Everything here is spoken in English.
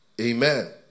Amen